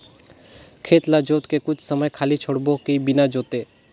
खेत ल जोत के कुछ समय खाली छोड़बो कि बिना जोते?